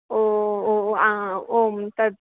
ओ ओ आ ओं तद्